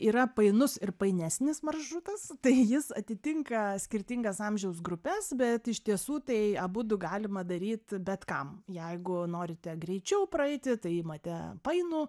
yra painus ir painesnis maršrutas tai jis atitinka skirtingas amžiaus grupes bet iš tiesų tai abudu galima daryt bet kam jeigu norite greičiau praeiti tai imate painų